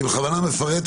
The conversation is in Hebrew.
אני בכוונה מפרט,